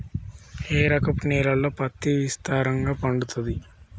ఏ రకపు నేలల్లో పత్తి విస్తారంగా పండుతది?